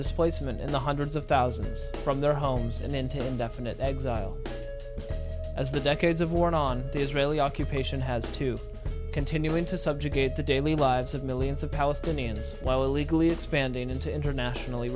displacement and the hundreds of thousands from their homes and into indefinite exile as the decades of war and on the israeli occupation has to continuing to subjugate the daily lives of millions of palestinians while illegally expanding into internationally